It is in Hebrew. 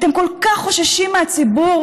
אתם כל כך חוששים מהציבור,